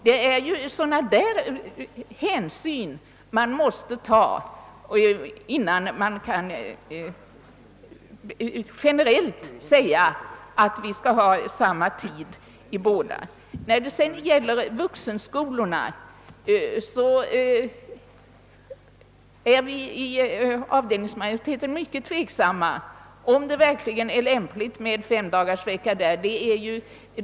Det är sådana hänsyn man måste ta innan man generellt kan bestämma sig för samma tid i båda skolformerna. När det sedan gäller vuxenskolorna är vi inom avdelningsmajoriteten mycket tveksamma om det verkligen är lämpligt med femdagarsvecka.